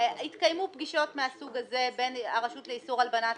התקיימו פגישות מהסוג הזה בין הרשות לאיסור הלבנת